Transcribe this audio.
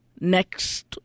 Next